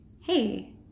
hey